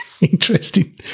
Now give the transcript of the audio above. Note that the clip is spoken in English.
interesting